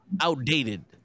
outdated